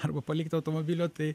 arba palikti automobilio tai